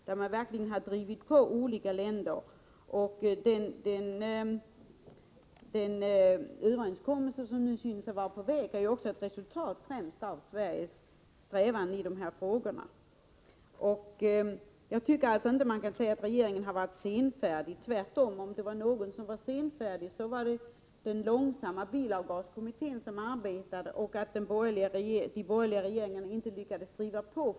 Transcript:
Man har verkligen drivit på olika länder, och den överenskommelse som nu synes vara på väg är ett resultat främst av Sveriges strävanden i de här frågorna. Jag tycker alltså inte man kan säga att regeringen har varit senfärdig. Tvärtom, om någon var senfärdig så var det den långsamma bilavgaskommittén som de borgerliga regeringarna inte lyckades driva på.